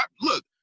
Look